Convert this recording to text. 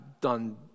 done